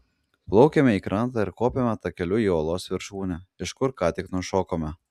plaukiame į krantą ir kopiame takeliu į uolos viršūnę iš kur ką tik nušokome